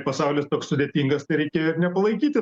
pasaulis toks sudėtingas tai reikėjo ir nepalaikyti